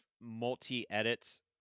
multi-edits